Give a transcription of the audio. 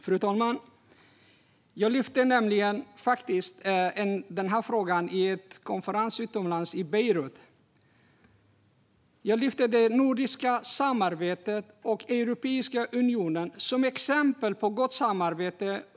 Fru talman! Jag lyfte faktiskt den här frågan på en internationell konferens i Beirut. Jag tog upp det nordiska samarbetet och Europeiska unionen som ett exempel på gott samarbete.